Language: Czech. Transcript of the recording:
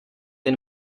jen